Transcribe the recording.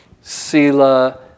sila